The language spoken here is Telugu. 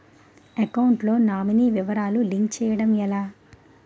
అకౌంట్ లో నామినీ వివరాలు లింక్ చేయటం ఎలా?